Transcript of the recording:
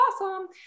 awesome